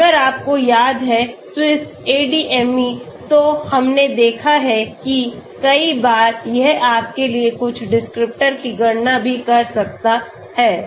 अगर आपको याद है SwissADME तो हमने देखा है कि कई बार यह आपके लिए कुछ डिस्क्रिप्टर की गणना भी कर सकता है